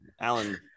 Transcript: Alan